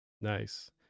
nice